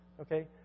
okay